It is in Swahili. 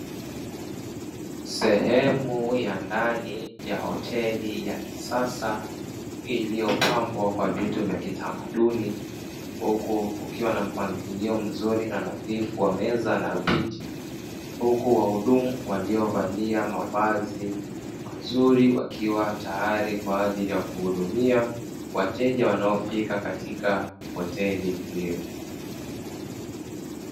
Sehemu ya ndani ya hoteli ya kisasa iliyopambwa na vitu vya kitamaduni, huku kukiwa na mpangilio mzuri na nadhifu wa meza na viti huku wahudumu waliovalia mavazi mazuri wakiwa tayari kwa ajili ya kuhudumia wateja wanaofika katika hoteli hiyo.